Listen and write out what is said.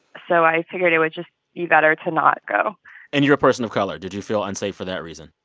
so i figured it would just be better to not go and you're a person of color. did you feel unsafe for that reason?